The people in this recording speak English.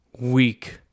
Weak